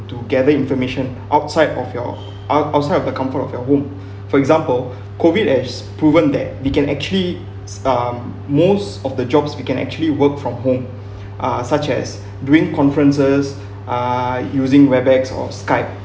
to gather information outside of your uh outside of the comfort of your home for example COVID has proven that we can actually um most of the jobs we can actually work from home uh such as doing conferences are using webex or skype